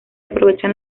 aprovechan